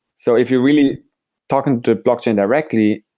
so if you're really talking to a blockchain directly,